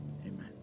Amen